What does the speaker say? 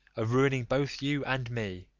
of ruining both you and me